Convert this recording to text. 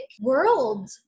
world